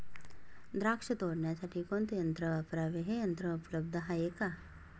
द्राक्ष तोडण्यासाठी कोणते यंत्र वापरावे? हे यंत्र उपलब्ध आहे का?